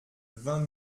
vingt